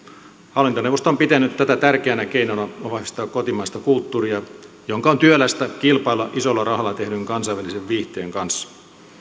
hallintoneuvosto on pitänyt tätä tärkeänä keinona vahvistaa kotimaista kulttuuria jonka on työlästä kilpailla isolla rahalla tehdyn kansainvälisen viihteen kanssa